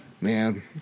Man